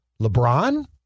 LeBron